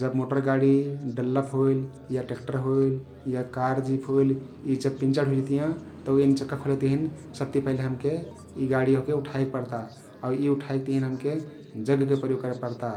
जब मोटर गाडी, डल्लफ होइल या ट्रेक्टर होइल या कार जिप होइल यी जब पिन्चर हुइजितियाँ तउ एन चक्का खोलेक तहिन सबति पहिले हमके यी गाडी ओहके उठाईक पर्ता आउ यी उठाईक तहिन हमके जगके प्रयोग करेपर्ता